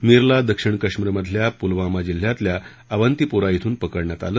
मिरला दक्षिण कश्मीर मधल्या पुलवामा जिल्ह्यातल्या अवंतीपोरा इथून पकडण्यात आलं